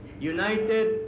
United